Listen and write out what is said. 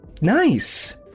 nice